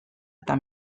eta